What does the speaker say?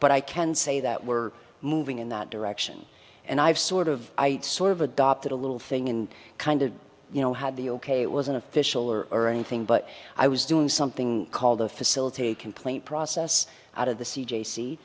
but i can say that we're moving in that direction and i've sort of i sort of adopted a little thing in kind of you know had the ok it was an official or anything but i was doing something called a facilitate complaint process out of the c